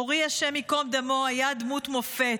אורי, השם ייקום דמו, היה דמות מופת.